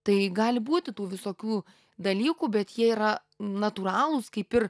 tai gali būti tų visokių dalykų bet jie yra natūralūs kaip ir